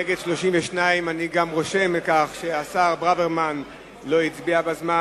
נגד, 32. אני גם רושם שהשר ברוורמן לא הצביע בזמן.